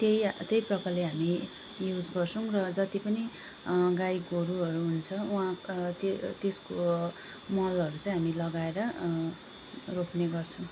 त्यही त्यही प्रकारले हामी युज गर्छौँ र जति पनि गाई गोरुहरू हुन्छ उहाँको त्यो त्यसको मलहरू चाहिँ हामी लगाएर रोप्ने गर्छौँ